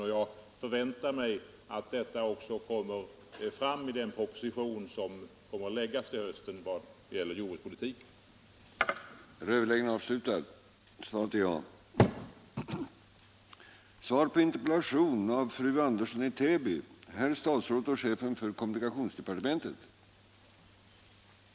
Och jag förväntar mig att dessa synpunkter också kommer fram i den proposition som kommer att läggas till hösten vad gäller jordbrukspolitiken.